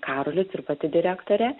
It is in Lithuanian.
karolis ir pati direktorė